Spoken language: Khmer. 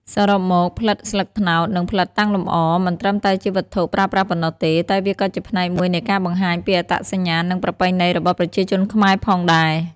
សរុបមក ផ្លិតស្លឹកត្នោត និងផ្លិតតាំងលម្អ មិនត្រឹមតែជាវត្ថុប្រើប្រាស់ប៉ុណ្ណោះទេ តែវាក៏ជាផ្នែកមួយនៃការបង្ហាញពីអត្តសញ្ញាណ និងប្រពៃណីរបស់ប្រជាជនខ្មែរផងដែរ។